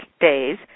days